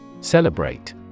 Celebrate